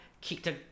kicked